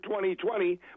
2020